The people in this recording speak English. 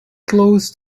close